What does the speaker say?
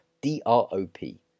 D-R-O-P